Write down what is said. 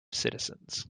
citizens